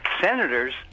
senators